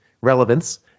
relevance